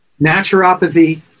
naturopathy